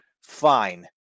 Fine